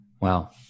Wow